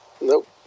Nope